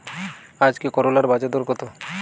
আজকে করলার বাজারদর কত?